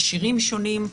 מכשירים שונים.